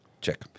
Check